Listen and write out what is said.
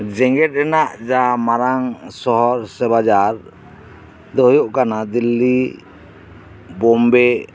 ᱡᱮᱜᱮᱫ ᱨᱮᱱᱟᱜ ᱡᱟ ᱢᱟᱨᱟᱝ ᱥᱚᱦᱚᱨ ᱥᱮ ᱵᱟᱡᱟᱨ ᱫᱚ ᱦᱩᱭᱩᱜ ᱠᱟᱱᱟ ᱫᱚᱞᱞᱤ ᱵᱳᱢᱵᱮ